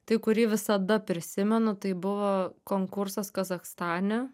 tai kurį visada prisimenu tai buvo konkursas kazachstane